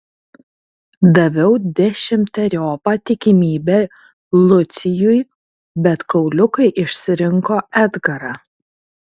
daviau dešimteriopą tikimybę lucijui bet kauliukai išsirinko edgarą